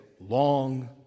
long